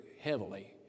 heavily